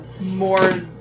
more